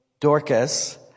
Dorcas